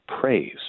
praise